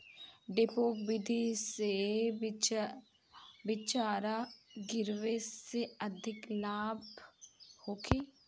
डेपोक विधि से बिचरा गिरावे से अधिक लाभ होखे?